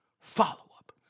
follow-up